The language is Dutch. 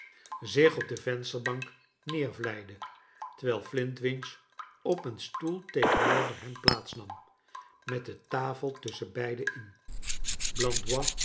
zich op de vensterbank neervlijde terwijl elintwinch op een stoel tegenover hem plaats nam met de tafel tusschen beiden in